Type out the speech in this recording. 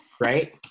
Right